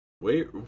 wait